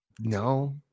No